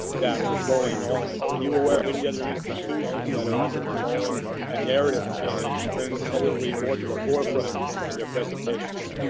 that was going on. are you aware of any other institutions that are undergoing a narrative change and bringing slavery more to the forefront in their presentations?